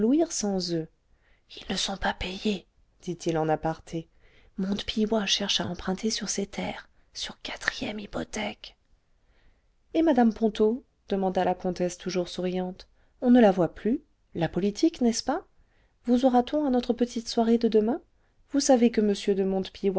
sans eux ils ne sont pas payés dit-il en aparté montepilloy cherche à emprunter sur ses terres sur quatrième hypothèque et mme ponto demanda la comtesse toujours souriante on ne la voit plus la politique n'est-ce pas vous aura t on à notre petite soirée de demain vous savez que